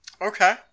Okay